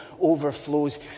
overflows